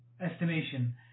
estimation